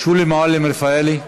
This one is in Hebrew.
שולי מועלם-רפאלי,